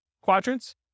quadrants